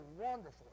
wonderful